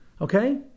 Okay